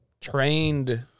trained